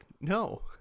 no